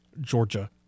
Georgia